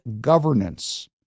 governance